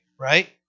right